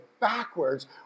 backwards